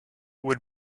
would